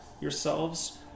yourselves